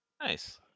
Nice